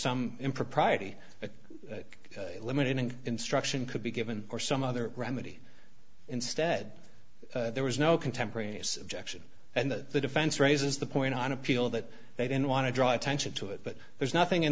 some impropriety eliminating instruction could be given or some other remedy instead there was no contemporaneous objection and the defense raises the point on appeal that they didn't want to draw attention to it but there's nothing in